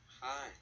Hi